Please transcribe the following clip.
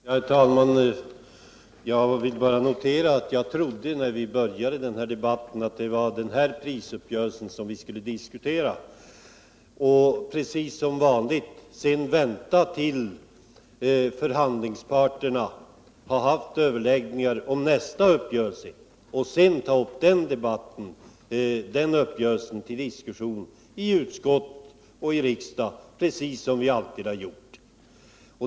Herr talman! Jag vill börja med att säga att när den här debatten började trodde jag att det var prisuppgörelsen som vi skulle diskutera och sedan i vanlig ordning vänta tills förhandlingsparterna haft överläggningar om nästa uppgörelse, innan vi då tar upp den uppgörelsen till diskussion i utskottet och riksdagen, så som vi alltid har gjort.